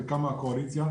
חלקם מהקואליציה,